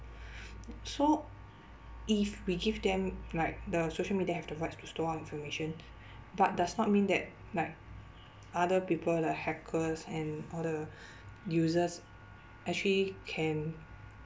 so if we give them like the social media have the rights to store our information but does not mean that like other people like hackers and other users actually can